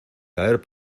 caer